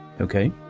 Okay